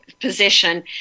position